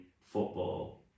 football